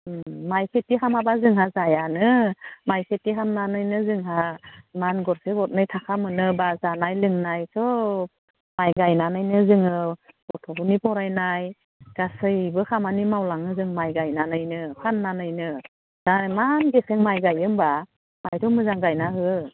माइ खिथि खालामाब्ला जोंहा जायानो माइ खिथि खालामनानैनो जोंहा इमान गरसे गरनै थाखा मोनो बा जानाय लोंनाय सब माइ गायनानैनो जोङो गथ'फोरनि फरायनाय गासैबो खामानि मावलाङो जों माइ गायनानैनो फाननानैनो दा इमान गेसें माइ गायो होमब्ला माहायथ' मोजां गायना हो